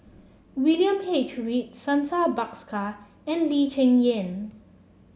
William H Read Santha Bhaskar and Lee Cheng Yan